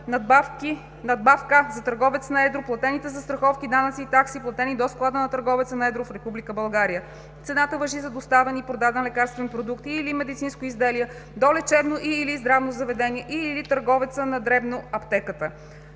надбавка за търговец на едро, платените застраховки, данъци и такси платени до склада на търговеца на едро в Република България. Цената важи за доставен и продаден лекарствен продукт и/или медицинско изделие до лечебно и/или здравно заведение, и/или търговеца на дребно (аптеката).